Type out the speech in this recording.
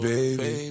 Baby